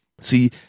see